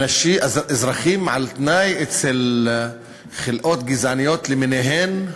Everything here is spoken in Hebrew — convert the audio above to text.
אזרחים על-תנאי אצל חלאות גזעניות למיניהן?